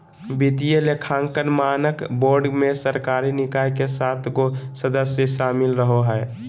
वित्तीय लेखांकन मानक बोर्ड मे सरकारी निकाय के सात गो सदस्य शामिल रहो हय